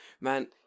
man